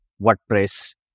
WordPress